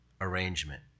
arrangement